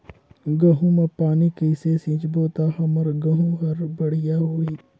गहूं म पानी कइसे सिंचबो ता हमर गहूं हर बढ़िया होही?